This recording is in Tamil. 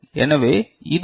எனவே இது உங்கள் Vi